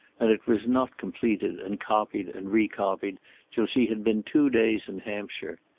and it was not completed and copied and recopied till she had been two days in hampshire.